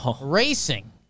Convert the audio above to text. Racing